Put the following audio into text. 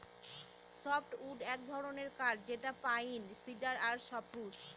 softwood এক ধরনের কাঠ যেটা পাইন, সিডার আর সপ্রুস